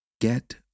get